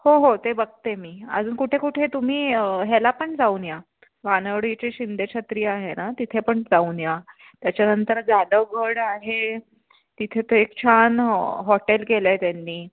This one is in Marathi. हो हो ते बघते मी अजून कुठे कुठे तुम्ही ह्याला पण जाऊन या वानवडीचे शिंदेछत्री आहे ना तिथे पण जाऊन या त्याच्यानंतर जाधवगड आहे तिथे तर एक छान हॉ हॉटेल केलं आहे त्यांनी